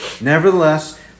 Nevertheless